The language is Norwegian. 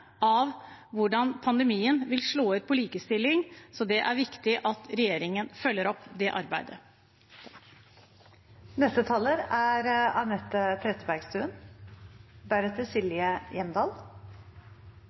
av hvordan pandemien vil slå ut på likestilling. Det er viktig at regjeringen følger opp det arbeidet. Dette er